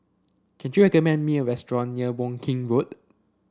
can you recommend me a restaurant near Woking Road